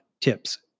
tips